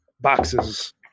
boxes